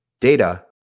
data